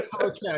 Okay